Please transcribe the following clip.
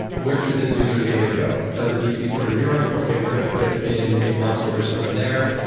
where should this user's data go? does it need to be stored in europe? okay. we're going to put it in a block storage system there,